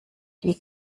die